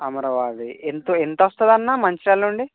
అమరవాది ఎంత ఎంత వస్తుంది అన్నా మంచిర్యాల నుండి